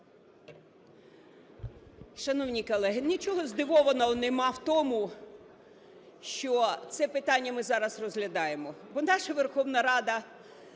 Шановні колеги! Нічого здивованого немає в тому, що це питання ми зараз розглядаємо, бо наша Верховна Рада